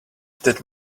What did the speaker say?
that